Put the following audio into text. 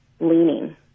leaning